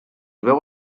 veu